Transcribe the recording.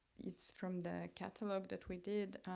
it's from the catalog that we did.